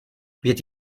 wird